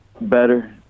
better